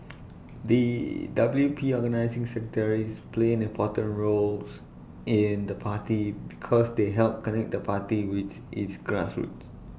the W P organising secretaries play an important roles in the party because they help connect the party with its grassroots